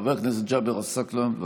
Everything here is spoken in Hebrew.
חבר הכנסת ג'אבר עסאקלה, בבקשה.